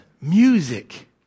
music